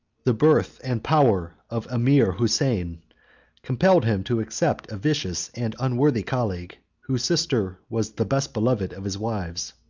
the birth and power of emir houssein compelled him to accept a vicious and unworthy colleague, whose sister was the best beloved of his wives.